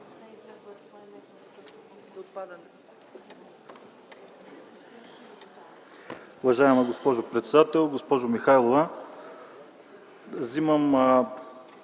Уважаема госпожо председател, госпожо Михайлова!